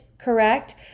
correct